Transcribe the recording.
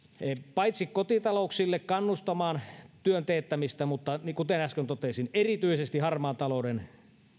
paitsi kotitalouksille kannustamaan työn teettämistä mutta kuten äsken totesin erityisesti harmaan talouden